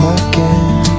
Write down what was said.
again